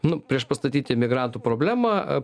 nu priešpastatyti migrantų problemą